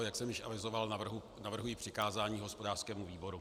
Jak jsem již avizoval, navrhuji přikázání hospodářskému výboru.